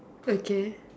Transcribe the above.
okay